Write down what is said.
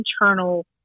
internal